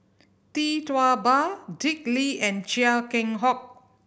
Tee Tua Ba Dick Lee and Chia Keng Hock